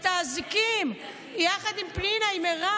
את האזיקים יחד עם פנינה, עם מרב.